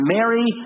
Mary